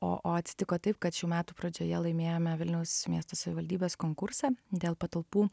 o o atsitiko taip kad šių metų pradžioje laimėjome vilniaus miesto savivaldybės konkursą dėl patalpų